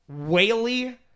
whaley